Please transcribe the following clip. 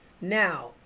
Now